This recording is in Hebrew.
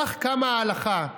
"כך קמה ההלכה,